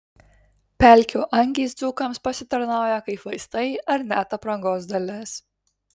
pelkių angys dzūkams pasitarnauja kaip vaistai ar net aprangos dalis